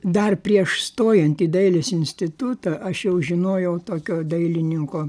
dar prieš stojant į dailės institutą aš jau žinojau tokio dailininko